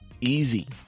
easy